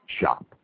shop